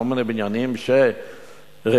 כל מיני בניינים ריקים.